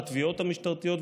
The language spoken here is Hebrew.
בתביעות המשטרתיות,